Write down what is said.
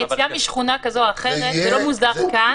יציאה משכונה כזו או אחרת זה לא מוסדר כאן,